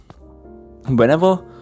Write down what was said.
whenever